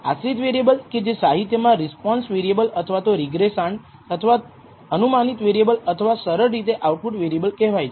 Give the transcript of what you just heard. આશ્રિત વેરિયેબલ કે જે સાહિત્યમાં રિસ્પોન્સ વેરિએબલ અથવા રિગ્રેસાંડ અથવા અનુમાનીત વેરિએબલ અથવા સરળ રીતે આઉટપુટ વેરિએબલ કહેવાય છે